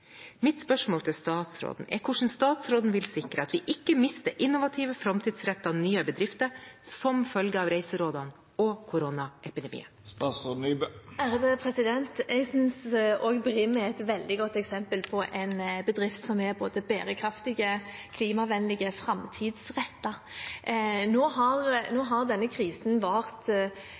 Mitt spørsmål til statsråden er hvordan statsråden vil sikre at vi ikke mister innovative framtidsrettede nye bedrifter som følge av reiserådene og koronaepidemien. Jeg synes også Brim er et veldig godt eksempel på en bedrift som er både bærekraftig, klimavennlig og framtidsrettet. Nå har denne krisen vart